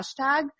hashtag